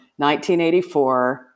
1984